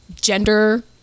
gender